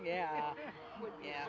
yeah yeah